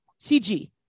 CG